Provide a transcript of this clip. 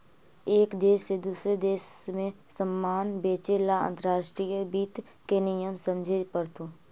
एक देश से दूसरे देश में सामान बेचे ला अंतर्राष्ट्रीय वित्त के नियम समझे पड़तो